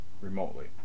remotely